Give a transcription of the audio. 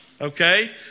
okay